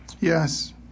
yes